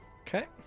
Okay